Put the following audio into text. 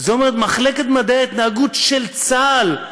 את זה אומרת מחלקת מדעי ההתנהגות של צה"ל,